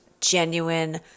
genuine